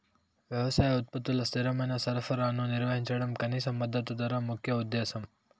వ్యవసాయ ఉత్పత్తుల స్థిరమైన సరఫరాను నిర్వహించడం కనీస మద్దతు ధర ముఖ్య ఉద్దేశం